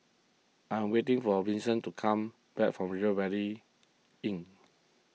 I'm waiting for Vinson to come back from River Valley Inn